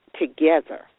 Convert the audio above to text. together